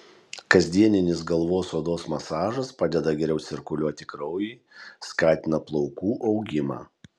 kasdieninis galvos odos masažas padeda geriau cirkuliuoti kraujui skatina plaukų augimą